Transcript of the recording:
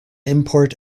import